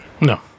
No